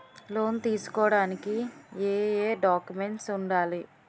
Loan తీసుకోడానికి ఏయే documents వుండాలి?